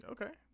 Okay